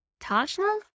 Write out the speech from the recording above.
Tasha